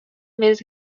més